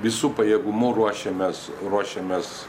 visu pajėgumu ruošiamės ruošiamės